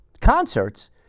concerts